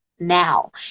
now